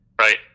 Right